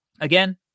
again